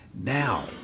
now